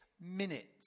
minutes